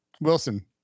Wilson